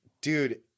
dude